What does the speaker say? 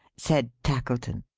said tackleton.